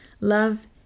Love